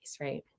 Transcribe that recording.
right